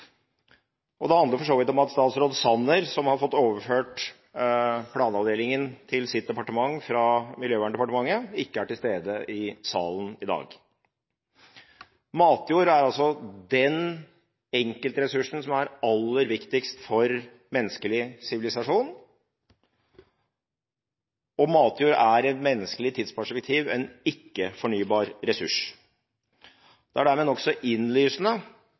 og det handler for så vidt også om at statsråd Sanner, som har fått overført planavdelingen til sitt departement fra Miljøverndepartementet, ikke er til stede i salen i dag. Matjord er den enkeltressursen som er aller viktigst for menneskelig sivilisasjon, og matjord er i et menneskelig tidsperspektiv en ikke-fornybar ressurs. Det er dermed nokså innlysende